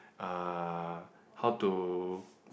uh how to